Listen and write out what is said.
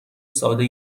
ساده